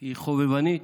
היא חובבנית,